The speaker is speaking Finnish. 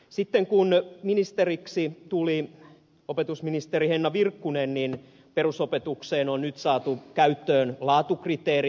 sitten kun opetusministeriksi tuli henna virkkunen niin perusopetukseen on nyt saatu käyttöön laatukriteerit